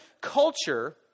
culture